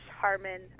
Harmon